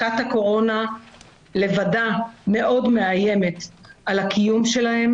מכת הקורונה לבדה מאוד מאיימת על הקיום שלהם,